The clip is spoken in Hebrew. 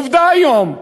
עובדה היום,